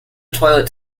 toilet